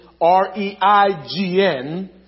R-E-I-G-N